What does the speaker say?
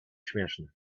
śmieszny